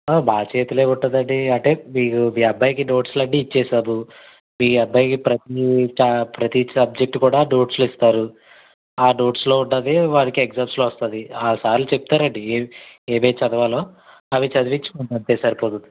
మా చేతిలో ఏముంటుందండీ అంటే మీరు మీ అబ్బాయికి నోట్సులన్నీ ఇచ్చేశారు మీ అబ్బాయికి ప్రతీ ప్రతీ సబ్జెక్ట్ కూడా నోట్స్లు ఇస్తారు ఆ నోట్స్లో ఉన్నవే వారికి ఎగ్జామ్స్లో వస్తుంది ఆ సార్లు చెప్తారండి ఏవి ఏవేవి చదవాలో అవి చదివించుకుంటే సరిపోతుంది